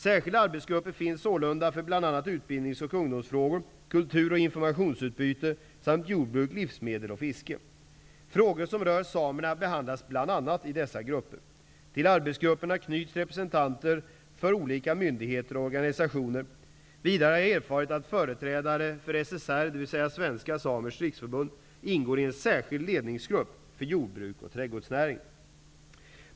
Särskilda arbetsgrupper finns sålunda för bl.a. utbildnings och ungdomsfrågor, kultur och informationsutbyte samt för jordbruk, livsmedel och fiske. Frågor som rör samerna behandlas bl.a. i dessa grupper. Till arbetsgrupperna knyts representanter för olika myndigheter och organisationer. Vidare har jag erfarit att företrädare för SSR ingår i en särskild ledningsgrupp för jordbruk och trädgårdsnäring.